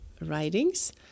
writings